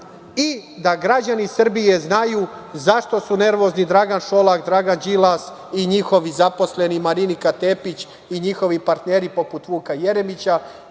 i da građani Srbije znaju zašto su nervozni Dragan Šolak, Dragan Đilas i njihovi zaposleni Marinika Tepić i njihovi partneri, poput Vuka Jeremića,